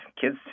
kids